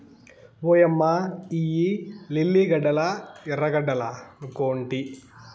ఓయమ్మ ఇయ్యి లిల్లీ గడ్డలా ఎర్రగడ్డలనుకొంటి